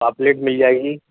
پاپلیٹ مِل جائے گی